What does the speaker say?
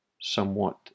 somewhat